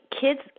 kids